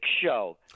show